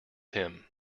him